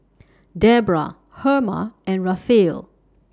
Debra Herma and Raphael